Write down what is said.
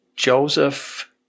Joseph